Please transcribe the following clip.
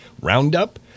Roundup